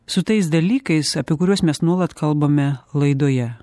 su tais dalykais apie kuriuos mes nuolat kalbame laidoje